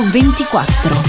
24